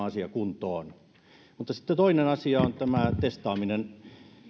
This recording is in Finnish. asia täytyy saada kuntoon sitten toinen asia on tämä testaaminen